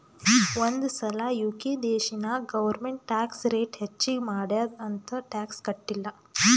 ಒಂದ್ ಸಲಾ ಯು.ಕೆ ದೇಶನಾಗ್ ಗೌರ್ಮೆಂಟ್ ಟ್ಯಾಕ್ಸ್ ರೇಟ್ ಹೆಚ್ಚಿಗ್ ಮಾಡ್ಯಾದ್ ಅಂತ್ ಟ್ಯಾಕ್ಸ ಕಟ್ಟಿಲ್ಲ